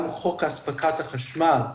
גם חוק הספקת החשמל,